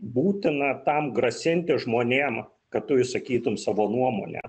būtina tam grasinti žmonėm kad tu išsakytum savo nuomonę